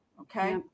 okay